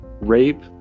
rape